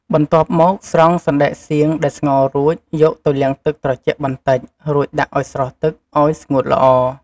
បន្ទាប់មក ស្រង់សណ្ដែកសៀងដែលស្ងោររួច យកទៅលាងទឹកត្រជាក់បន្តិច រួចដាក់ឱ្យស្រស់ទឹក ឱ្យស្ងួតល្អ។